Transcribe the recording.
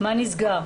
מה נסגר?